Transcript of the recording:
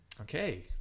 Okay